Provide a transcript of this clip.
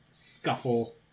scuffle